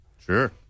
Sure